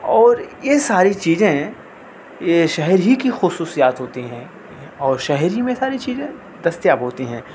اور یہ ساری چیزیں یہ شہر ہی کی خصوصیات ہوتی ہیں اور شہر ہی میں ساری چیزیں دستیاب ہوتی ہیں